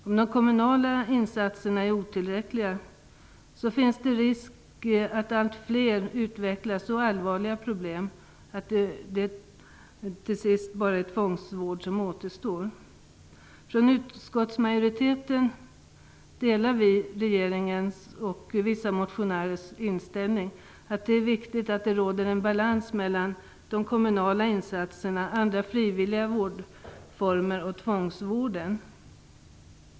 Om de kommunala insatserna är otillräckliga finns det risk för att allt fler utvecklar så allvarliga problem att till sist bara tvångsvård återstår. Vi i utskottsmajoriteten delar regeringens och vissa motionärers inställning att det är viktigt att det råder en balans mellan de kommunala insatserna, andra frivilliga vårdformer och tvångsvården.